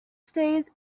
states